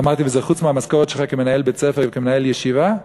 אמרתי: וזה חוץ מהמשכורת שלך כמנהל בית-ספר וכמנהל ישיבה?